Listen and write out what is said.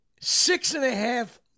six-and-a-half